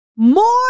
more